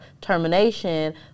termination